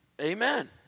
Amen